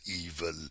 evil